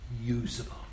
usable